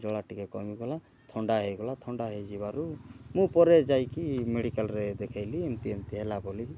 ଜଳା ଟିକିଏ କମିଗଲା ଥଣ୍ଡା ହେଇଗଲା ଥଣ୍ଡା ହେଇଯିବାରୁ ମୁଁ ପରେ ଯାଇକି ମେଡ଼ିକାଲ୍ରେ ଦେଖେଇଲି ଏମତି ଏମତି ହେଲା ବୋଲି